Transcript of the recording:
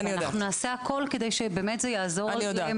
אנחנו נעשה הכול שזה יעזור לשקם את הילד.